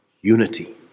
unity